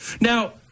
Now